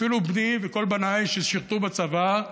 אפילו בני, וכל בניי שירתו בצבא,